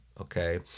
okay